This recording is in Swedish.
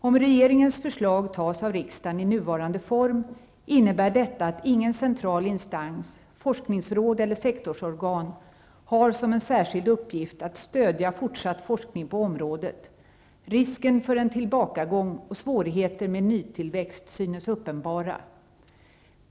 Om regeringens förslag tas av riksdagen i nuvarande form innebär detta att ingen central instans har som en särskild uppgift att stödja fortsatt forskning på området. Risken för en tillbakagång och svårigheter med nytillväxt synes uppenbara.